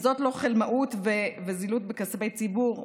אם זאת לא חלמאות וזילות של כספי ציבור,